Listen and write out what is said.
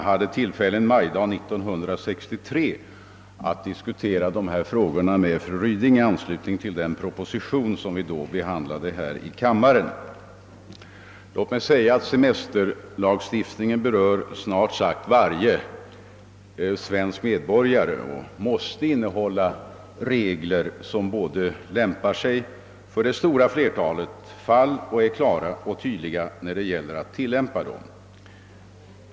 Herr talman! En majdag 1963 hade jag tillfälle att diskutera dessa frågor med fru Ryding i anslutning till den proposition som vi då behandlade här i kammaren. Semesterlagstiftningen berör snart sagt varje svensk medborgare och måste innehålla regler som både lämpar sig för det stora flertalet fall och är klara och tydliga när de skall tillämpas.